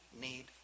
need